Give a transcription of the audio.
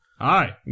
hi